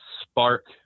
spark